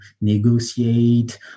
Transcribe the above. negotiate